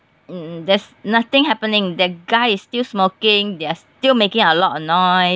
mm there's nothing happening that guy is still smoking they're still making a lot of noise